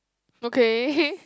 okay